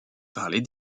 parler